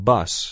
Bus